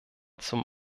zum